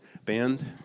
Band